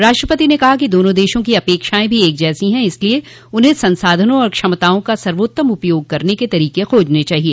राष्ट्रपति ने कहा कि दोनों देशों की अपेक्षाएं भी एक जैसी हैं इसलिए उन्हें संसाधनों और क्षमताओं का सर्वोत्तम उपयोग करने के तरीके खोजने चाहिए